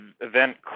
event